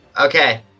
Okay